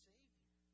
Savior